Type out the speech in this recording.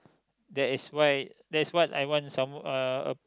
that is why that's what I want some uh